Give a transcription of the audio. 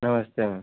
नमस्ते मैम